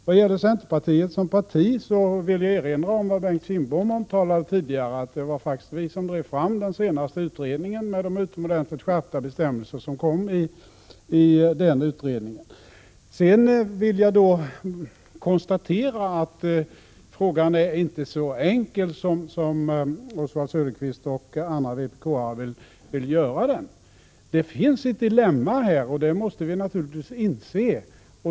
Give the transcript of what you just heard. Vad gäller centern som parti vill jag erinra om vad Bengt Kindbom omtalade tidigare, att det faktiskt var vi som drev fram den senaste utredningen — med de utomordentligt skärpta bestämmelser som föreslogs i den utredningen. Sedan vill jag konstatera att denna fråga inte är så enkel som Oswald Söderqvist och andra vpk-are vill göra den. Det finns här ett dilemma, och det måste vi naturligtvis inse.